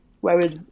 whereas